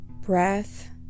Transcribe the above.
breath